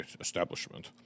establishment